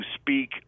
speak